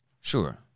Sure